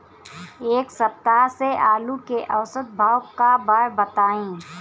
एक सप्ताह से आलू के औसत भाव का बा बताई?